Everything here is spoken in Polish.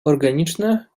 organiczne